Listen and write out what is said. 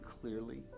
clearly